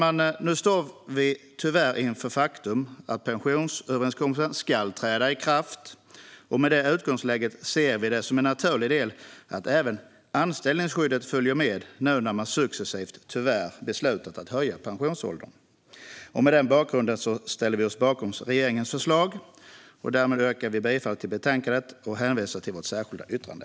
Men nu står vi tyvärr inför det faktum att pensionsöverenskommelsen ska träda i kraft, fru talman, och med det utgångsläget ser vi det som en naturlig del att även anställningsskyddet följer med när man nu tyvärr beslutat att successivt höja pensionsåldern. Mot den bakgrunden ställer vi oss bakom regeringens förslag. Därmed yrkar jag bifall till förslaget i betänkandet och hänvisar till vårt särskilda yttrande.